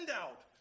out